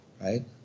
right